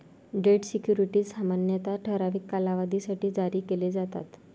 date securities सामान्यतः ठराविक कालावधीसाठी जारी केले जातात